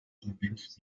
convents